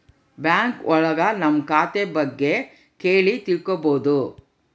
bank ಒಳಗ ನಮ್ ಖಾತೆ ಬಗ್ಗೆ ಕೇಳಿ ತಿಳ್ಕೋಬೋದು